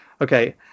Okay